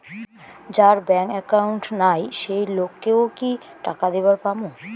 যার bank account নাই সেই লোক কে ও কি টাকা দিবার পামু?